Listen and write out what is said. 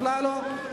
אפללו.